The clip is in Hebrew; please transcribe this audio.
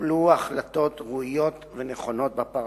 שיתקבלו החלטות ראויות ונכונות בפרשה.